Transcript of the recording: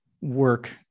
work